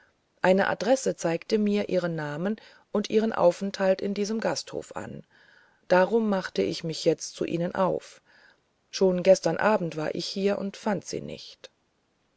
eine adresse zeigte mir ihren namen und ihren aufenthalt in diesem gasthofe an darum machte ich mich jetzt zu ihnen auf schon gestern abend war ich hier und fand sie nicht